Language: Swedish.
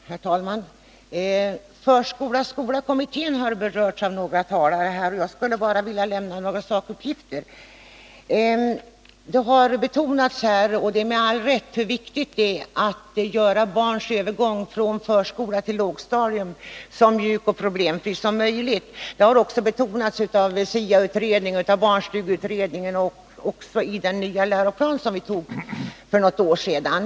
Herr talman! Förskola-skola-kommittén har berörts av några talare. Jag vill bara lämna några sakuppgifter. Det har här betonats, och det med all rätt, hur viktigt det är att vi gör barnens övergång från förskola till lågstadium så mjuk och problemfri som möjligt. Det har också betonats av SIA-utredningen, barnstugeutredningen och i den nya läroplan som vi antog för något år sedan.